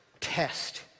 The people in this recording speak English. test